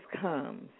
comes